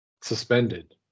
suspended